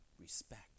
respect